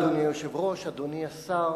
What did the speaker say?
אדוני היושב-ראש, תודה, אדוני השר,